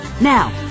Now